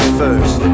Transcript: first